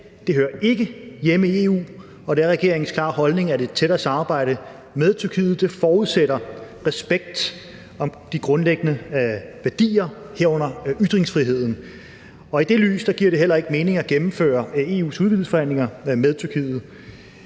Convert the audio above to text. ikke hører hjemme i EU, og det er regeringens klare holdning, at et tættere samarbejde med Tyrkiet forudsætter respekt for de grundlæggende værdier, herunder ytringsfriheden, og i det lys giver det heller ikke mening at gennemføre EU's udvidelsesforhandlinger med Tyrkiet.